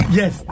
yes